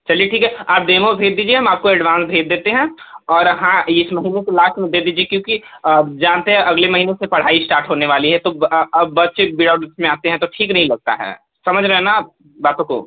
चलिए ठीक है आप डेमो भेज दीजिए हम आपको एडवांस भेज देते हैं और हाँ इस महीने के लास्ट में दे दीजिए क्योंकि जानते हैं अगले महीने से पढ़ाई इश्टार्ट होने वाली है तो अब बच्चे विदाउट ड्रेस में आते हैं तो ठीक नहीं लगता है समझ रहें न आप बातों को